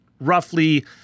roughly